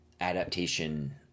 adaptation